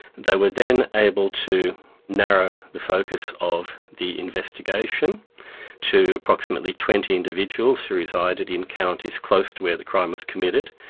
they were then able to narrow the focus of the investigation to approximately twenty individuals, who resided in counties close to where the crime was committed,